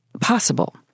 possible